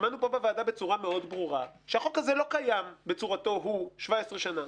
בצורה מאוד ברורה שהחוק הזה לא קיים בצורתו הוא 17 שנה.